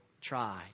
try